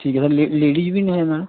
ਠੀਕ ਹੈ ਸਰ ਲ਼ ਲੇਡੀਜ਼ ਵੀ ਨੇ ਨਾ